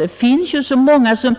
Det finns ju så många som